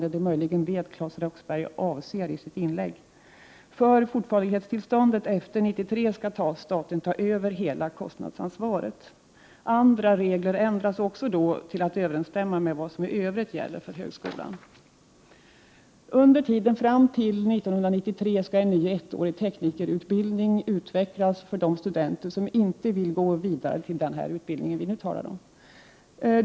Det är möjligen detta som Claes Roxbergh avsåg i sitt anförande. För fortfarighetstillståndet efter 1993 tar staten över hela kostnadsansvaret. Andra regler ändras också då till att överensstämma med vad som i övrigt gäller för högskolan. Under tiden fram till 1993 skall en ny ettårig teknikerutbildning utvecklas för de studenter som inte vill gå vidare till den utbildning som vi nu talar om.